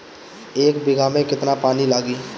एक बिगहा में केतना पानी लागी?